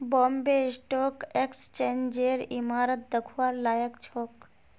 Bombay stock एक्सचेंजेर इमारत दखवार लायक छोक